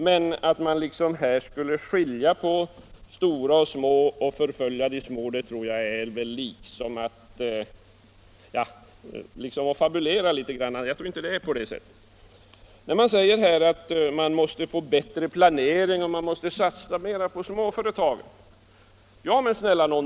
Men att påstå att man skulle skilja på stora och små företagare och förfölja de små är väl att fabulera litet — jag tror inte att det är på det sättet. Det sägs att vi måste få en bättre planering och att vi måste satsa mer på småföretagen.